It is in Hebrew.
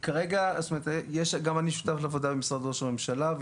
גם אני שותף לוועדה במשרד ראש הממשלה.